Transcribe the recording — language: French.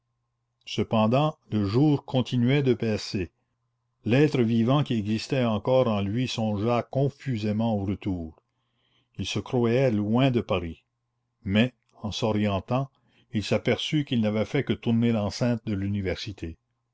cependant le jour continuait de baisser l'être vivant qui existait encore en lui songea confusément au retour il se croyait loin de paris mais en s'orientant il s'aperçut qu'il n'avait fait que tourner l'enceinte de l'université